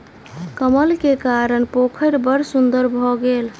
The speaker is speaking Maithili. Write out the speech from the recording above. कमल के कारण पोखैर बड़ सुन्दर भअ गेल